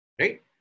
right